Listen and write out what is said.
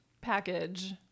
package